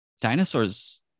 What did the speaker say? Dinosaurs